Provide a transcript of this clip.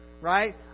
Right